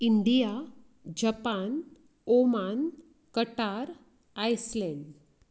India Japan Oman Qatar Iceland